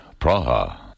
Praha